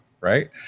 right